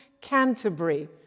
Canterbury